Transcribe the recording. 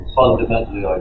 fundamentally